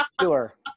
Sure